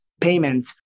payment